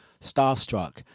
starstruck